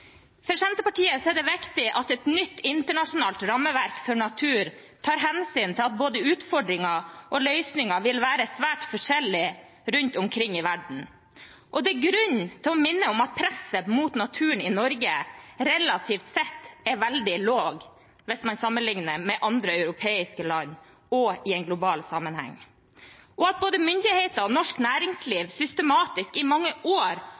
for sine arter. For Senterpartiet er det viktig at et nytt internasjonalt rammeverk for natur tar hensyn til at både utfordringer og løsninger vil være svært forskjellig rundt omkring i verden. Det er grunn til å minne om at presset mot naturen i Norge er relativt sett veldig lavt hvis man sammenligner med andre europeiske land, også i en global sammenheng, og at både myndigheter og norsk næringsliv i mange år